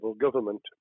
government